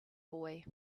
boy